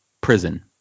prison